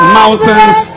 mountains